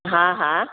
हा हा